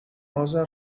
اذر